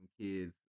kids